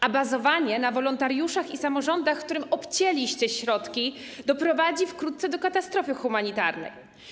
A bazowanie na wolontariuszach i samorządach, którym obcięliście środki doprowadzi w krótce do katastrofy humanitarnej.